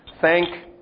thank